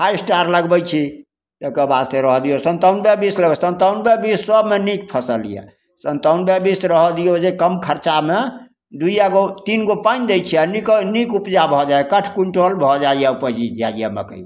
फाइ star लगबै छी ताहिके बाद से रहऽ दिऔ जे सनतानवे बीस लगबै सनतानवे बीस सबमे नीक फसिल यऽ सनतानवे बीस रहऽ दिऔ जे कम खरचामे दुइएगो तीनगो पानि दै छिए आओर नीक उपजा भऽ जाइ हइ एकाध क्विण्टल भऽ जाइए उपजि जाइए मकइ